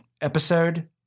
episode